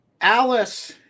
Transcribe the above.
Alice